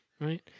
right